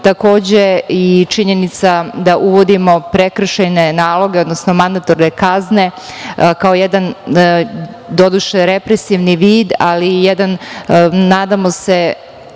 takođe i činjenica da uvodimo prekršajne naloge odnosno mandatorne kazne kao jedan doduše represivni vid ali i jedan, nadamo se,